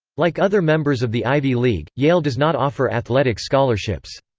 like other members of the ivy league, yale does not offer athletic scholarships.